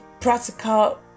practical